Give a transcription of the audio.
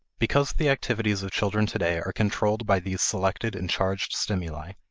because the activities of children today are controlled by these selected and charged stimuli,